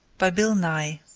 by bill nye